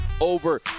over